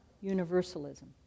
universalism